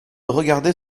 regarder